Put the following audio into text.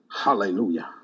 Hallelujah